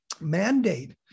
mandate